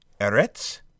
Eretz